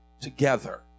together